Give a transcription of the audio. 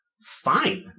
fine